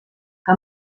que